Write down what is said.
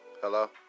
Hello